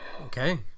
Okay